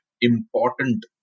important